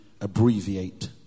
abbreviate